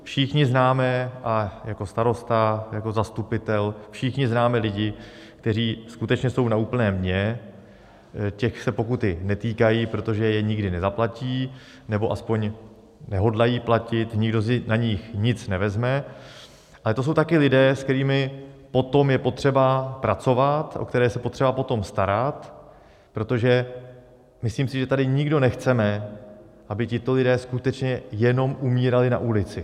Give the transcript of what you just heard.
Všichni známe a jako starosta, jako zastupitel lidi, kteří skutečně jsou na úplném dně, těch se pokuty netýkají, protože je nikdy nezaplatí, nebo aspoň nehodlají platit, nikdo si na nich nic nevezme, ale to jsou taky lidé, se kterými potom je potřeba pracovat, o které je se potřeba potom starat, protože myslím, že tady nikdo nechceme, aby tito lidé skutečně jenom umírali na ulici.